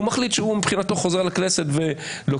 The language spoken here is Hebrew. הוא מחליט שהוא מבחינתו חוזר לכנסת ולוקח